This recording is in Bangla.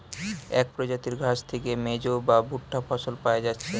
এক প্রজাতির ঘাস থিকে মেজ বা ভুট্টা ফসল পায়া যাচ্ছে